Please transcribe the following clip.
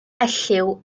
elliw